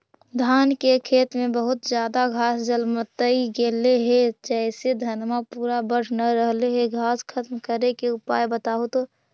धान के खेत में बहुत ज्यादा घास जलमतइ गेले हे जेसे धनबा पुरा बढ़ न रहले हे घास खत्म करें के उपाय बताहु तो?